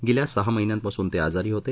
गेल्या सहा महिन्यांपासून ते आजारी होते